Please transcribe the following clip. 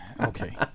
Okay